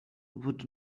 would